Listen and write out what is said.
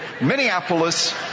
Minneapolis